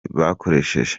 bakoresheje